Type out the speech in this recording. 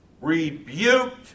rebuked